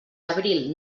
abril